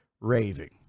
raving